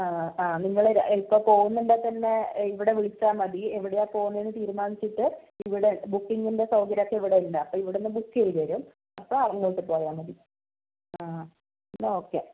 ആ ആ നിങ്ങൾ ഇപ്പോൾ പോവുന്നുണ്ടെങ്കിൽ തന്നെ ഇവിടെ വിളിച്ചാൽ മതി എവിടെയാണ് പോവുന്നതെന്ന് തീരുമാനിച്ചിട്ട് ഇവിടെ ബുക്കിങ്ങിൻ്റെ സൗകര്യമൊക്കെ ഇവിടെയുണ്ട് അപ്പോൾ ഇവിടുന്ന് ബുക്ക് ചെയ്ത് തരും അപ്പോൾ അങ്ങോട്ട് പോയാൽ മതി ആ എന്നാൽ ഓക്കെ